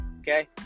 okay